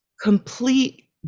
complete